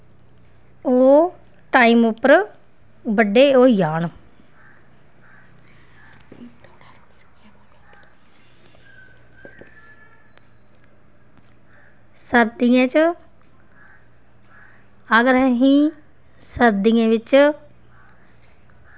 ओह् टाईम उप्पर बड्डे होई जाह्न सर्दियें च अगर अस सर्दियें बिच्च